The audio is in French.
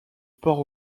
port